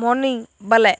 মনি ব্যলে